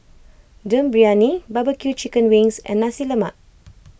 Dum Briyani Barbeque Chicken Wings and Nasi Lemak